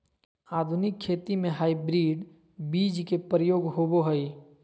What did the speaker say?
आधुनिक खेती में हाइब्रिड बीज के प्रयोग होबो हइ